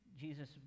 Jesus